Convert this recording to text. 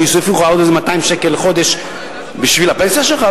שיוסיפו לך עוד איזה 200 שקל לחודש בשביל הפנסיה שלך?